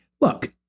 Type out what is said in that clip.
look